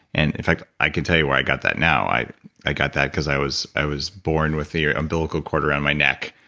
and in fact, i can tell you where i got that now, i i got that because i was i was born with the umbilical cord around my neck,